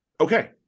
okay